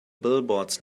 billboards